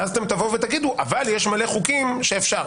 ואז אתם תבואו ותגידו: אבל יש מלא חוקים שאפשר.